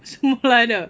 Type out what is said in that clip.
什么来的